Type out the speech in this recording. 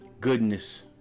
goodness